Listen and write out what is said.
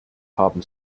haben